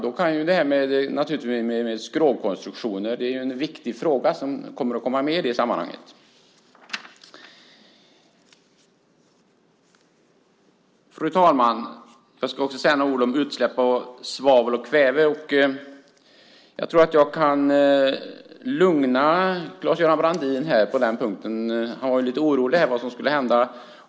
Då är frågan om skrovkonstruktioner viktig och kommer att finnas med i detta sammanhang. Fru talman! Jag ska också säga några ord om utsläpp av svavel och kväve. Jag tror att jag kan lugna Claes-Göran Brandin på den punkten. Han var lite orolig för vad som skulle hända.